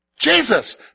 Jesus